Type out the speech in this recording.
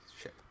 ship